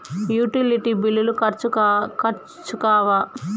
Utility బిల్లులు ఖర్చు కావా?